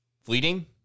fleeting